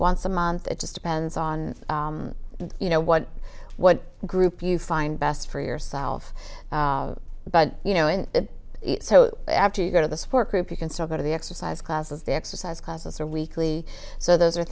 once a month it just depends on you know what what group you find best for yourself but you know so after you go to the support group you can still go to the exercise classes the exercise classes or weekly so those are